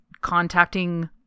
contacting